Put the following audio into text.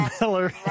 Miller